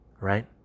right